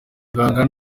muganga